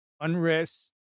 unrest